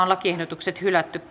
lakiehdotukset hylätään